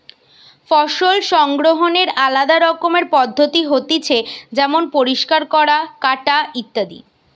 ফসল সংগ্রহনের আলদা রকমের পদ্ধতি হতিছে যেমন পরিষ্কার করা, কাটা ইত্যাদি